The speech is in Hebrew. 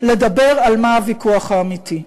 לדבר על מה הוויכוח האמיתי.